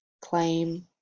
claim